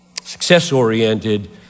success-oriented